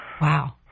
Wow